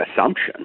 assumption